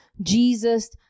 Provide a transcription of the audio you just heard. Jesus